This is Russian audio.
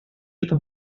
учетом